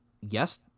Yes